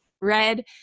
Red